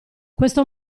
questo